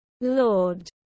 Lord